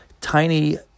tiny